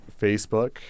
Facebook